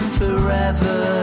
forever